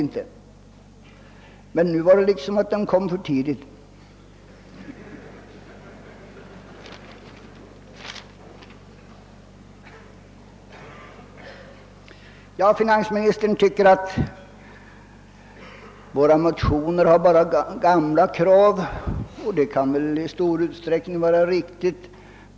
Nu verkar det emellertid som om de kom för tidigt. Finansministern ansåg att våra motioner bara upptar gamla krav, och det kan för all del vara riktigt.